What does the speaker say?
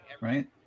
Right